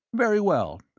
very well.